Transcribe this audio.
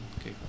Okay